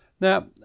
Now